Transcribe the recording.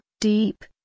deep